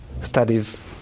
studies